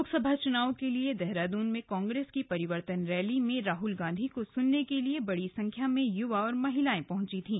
लोकसभा चुनाव के लिए देहरादून में कांग्रेस की परिवर्तन रैली में राहुल गांधी को सुनने के लिए बड़ी संख्या में युवा और महिलायें पहंची थी